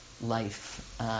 life